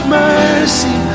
mercy